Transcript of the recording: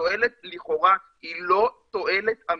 שהיא לא תועלת אמיתית,